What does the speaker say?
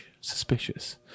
suspicious